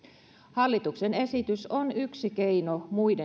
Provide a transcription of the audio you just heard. hallituksen esitys on yksi keino muiden